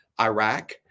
Iraq